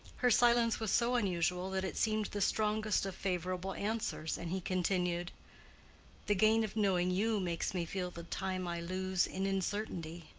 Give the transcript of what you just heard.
her silence was so unusual that it seemed the strongest of favorable answers, and he continued the gain of knowing you makes me feel the time i lose in uncertainty.